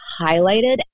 highlighted